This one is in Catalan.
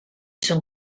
són